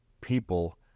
people